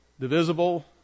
divisible